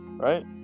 right